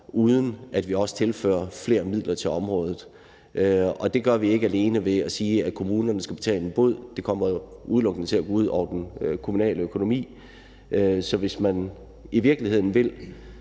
uden at vi også tilfører flere midler til området, og det gør vi ikke alene ved at sige, at kommunerne skal betale en bod, for det kommer udelukkende til at gå ud over den kommunale økonomi. Så hvis man i virkeligheden vil